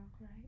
right